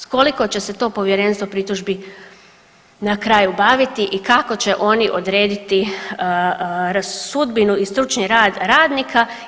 S koliko će se to povjerenstvo pritužbi na kraju baviti i kako će oni odrediti sudbinu i stručni rad radnika.